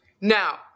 now